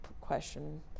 question